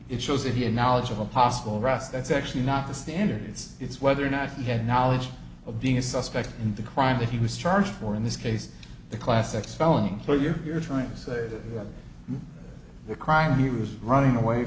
it shows that he had knowledge of a possible ross that's actually not the standards it's whether or not he had knowledge of being a suspect in the crime that he was charged for in this case the classic spelling so you're trying to say that the crime he was running away